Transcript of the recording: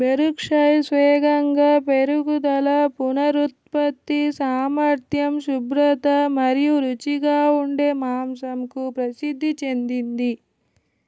Berkshires వేగంగా పెరుగుదల, పునరుత్పత్తి సామర్థ్యం, శుభ్రత మరియు రుచిగా ఉండే మాంసంకు ప్రసిద్ధి చెందింది